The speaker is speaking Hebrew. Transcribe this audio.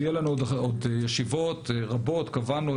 עוד יהיו לנו ישיבות רבות שקבענו.